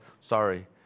sorry